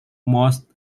most